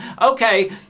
okay